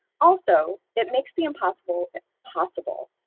also, it makes the impossible possible,